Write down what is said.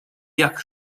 jak